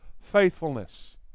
faithfulness